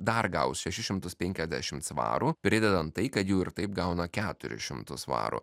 dar gaus šešis šimtus penkiasdešimt svarų pridedant tai kad jau ir taip gauna keturis šimtus svarų